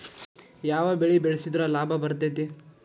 ಯಾವ ಬೆಳಿ ಬೆಳ್ಸಿದ್ರ ಲಾಭ ಬರತೇತಿ?